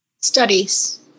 Studies